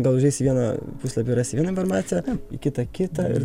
gal užeisi į vieną puslapį rasi vieną informaciją į kitą kitą